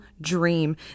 dream